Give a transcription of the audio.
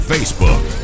Facebook